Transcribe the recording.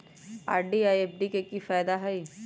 RD आ FD के कि फायदा हई?